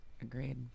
Agreed